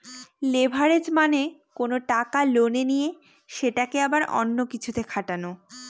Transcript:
leverage মানে কোনো টাকা লোনে নিয়ে সেটাকে আবার অন্য কিছুতে খাটানো